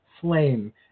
flame